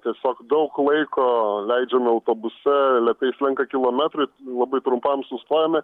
tiesiog daug laiko leidžiame autobuse lėtai slenka kilometrai labai trumpam sustojame